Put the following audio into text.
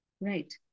Right